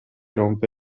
rompe